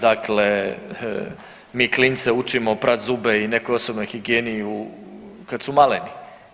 Dakle, mi klince učimo prat zube i nekoj osnovnoj higijeni kad su maleni.